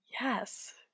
Yes